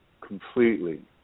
completely